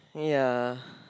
ya